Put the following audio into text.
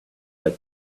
but